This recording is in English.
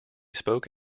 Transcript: spoke